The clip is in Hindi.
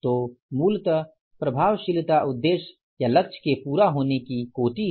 तो मूलतः प्रभावशीलता उद्देश्य या लक्ष्य के पूरा होने की कोटि है